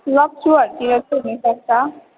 लप्चूहरूतिर चाहिँ हुनसक्छ